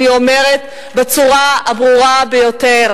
אני אומרת בצורה הברורה ביותר: